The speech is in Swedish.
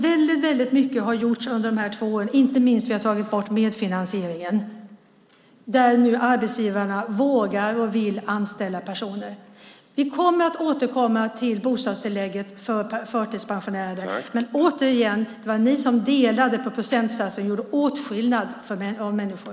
Mycket har alltså gjorts under dessa två år. Inte minst har vi tagit bort medfinansieringen, vilket gör att arbetsgivarna nu vågar och vill anställa personer. Vi kommer att återkomma till bostadstillägget för förtidspensionärer, men, återigen, det var ni som delade på procentsatsen och gjorde åtskillnad mellan människor.